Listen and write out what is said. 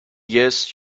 yes